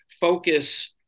focus